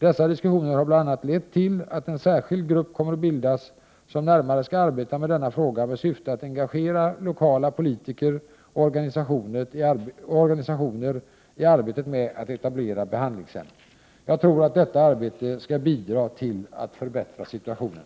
Dessa diskussioner har bl.a. lett till att en särskild grupp kommer att bildas som närmare skall arbeta med denna fråga med syfte att engagera lokala politiker och organisationer i arbetet att etablera behandlingshem. Jag tror att detta arbete skall bidra till att förbättra situationen.